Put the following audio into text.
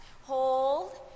Hold